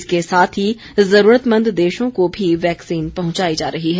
इसके साथ ही ज़रूरतमंद देशों को भी वैक्सीन पहुंचाई जा रही है